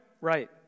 Right